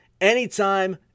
anytime